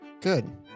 Good